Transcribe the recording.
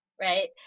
Right